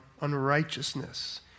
unrighteousness